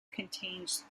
contains